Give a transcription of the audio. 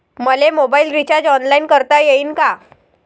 मले mobile recharge online करता येईन का?